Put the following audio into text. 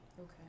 okay